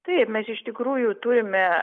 taip mes iš tikrųjų turime